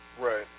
Right